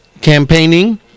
campaigning